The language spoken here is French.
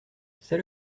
c’est